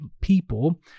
people